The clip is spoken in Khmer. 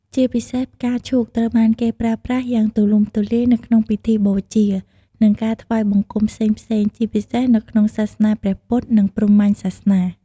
ជាពិសេស ផ្កាឈូក ត្រូវបានគេប្រើប្រាស់យ៉ាងទូលំទូលាយនៅក្នុងពិធីបូជា និងការថ្វាយបង្គំផ្សេងៗ ជាពិសេសនៅក្នុងសាសនាព្រះពុទ្ធ និងព្រហ្មញ្ញសាសនា។